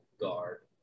guard